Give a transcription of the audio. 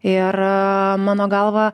ir mano galva